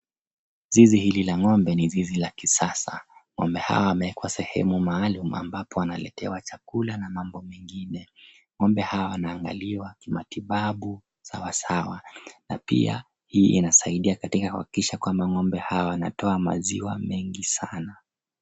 Zizi hili la ng'ombe ni zizi la kisasa. Ng'ombe hawa wamekuwa sehemu maalumu ambapo wanaletewa chakula na mambo mengine. Ng'ombe hawa wanaangaliwa kimatibabu sawasawa. Na pia hii inasaidia katika kuhakikisha kwamba ng'ombe hawa wanatoa maziwa mengi sana.